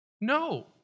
No